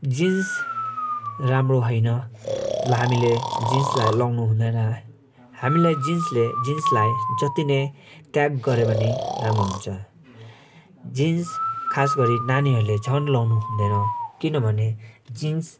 jeans राम्रो होइन ल हामीले जिन्सलाई लाउनु हुँदैन हामीलाई जिन्सले जिन्सलाई जत्ति नै त्याग गऱ्यो भने राम्रो हुन्छ जिन्स खासगरी नानीहरूले झन् लाउनु हुँदैन किनभने जिन्स